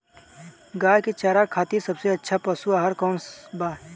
गाय के चारा खातिर सबसे अच्छा पशु आहार कौन बा?